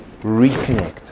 reconnect